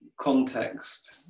context